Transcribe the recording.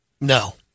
No